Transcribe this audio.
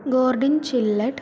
garden chalet